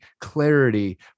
clarity